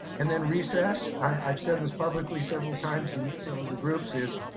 and then recess, i've said this publicly several times in some of the groups is,